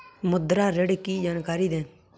मुद्रा ऋण की जानकारी दें?